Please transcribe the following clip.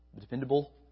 dependable